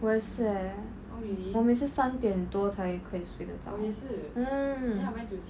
我也是 eh 我每次三点多才可以睡得着 mm